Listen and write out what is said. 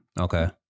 Okay